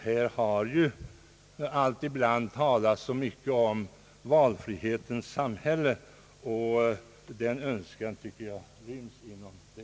Här har det ju ibland talats mycket om valfri hetens samhälle och denna önskan tycker jag ryms inom det uttrycket.